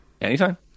Anytime